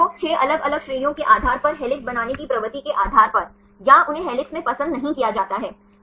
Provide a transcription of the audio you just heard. तो अल्फा हेलिकेशंस की तुलना में आप बीटा शीट देख सकते हैं